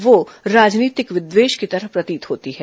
वह राजनीतिक विद्वेष की तरह प्रतीत होती है